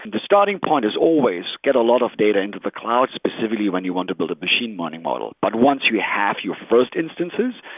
the starting point is always get a lot of data into the cloud specifically when you want to build a machine learning model. but once you have your first instances,